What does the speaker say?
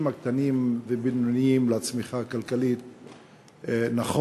הקטנים והבינוניים לצמיחה הכלכלית נכון.